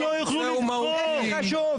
והוא מהותי.